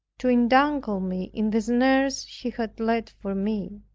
to entangle me in the snares he had laid for me.